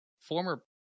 former